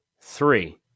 three